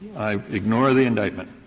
i ignore the indictment